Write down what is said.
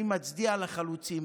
אני מצדיע לחלוצים.